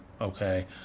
okay